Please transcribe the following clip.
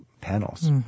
panels